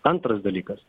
antras dalykas